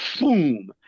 boom